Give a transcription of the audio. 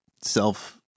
self